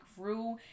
grew